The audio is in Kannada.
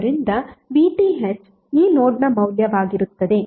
ಆದ್ದರಿಂದ VTh ಈ ನೋಡ್ನ ಮೌಲ್ಯವಾಗಿರುತ್ತದೆ